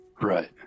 Right